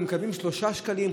ומקבלים 3 שקלים,